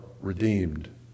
redeemed